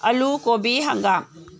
ꯑꯥꯂꯨ ꯀꯣꯕꯤ ꯍꯪꯒꯥꯝ